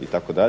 i itd.